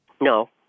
No